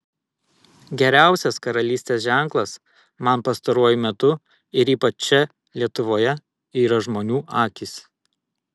geriausias karalystės ženklas man pastaruoju metu ir ypač čia lietuvoje yra žmonių akys